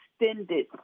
extended